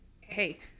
hey